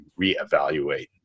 reevaluate